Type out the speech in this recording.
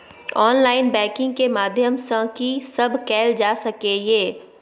Online banking के माध्यम सं की सब कैल जा सके ये?